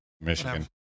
michigan